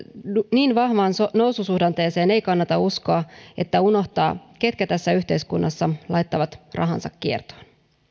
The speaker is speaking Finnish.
niin vahvaan noususuhdanteeseen ei kannata uskoa että unohtaa ketkä tässä yhteiskunnassa laittavat rahansa kiertoon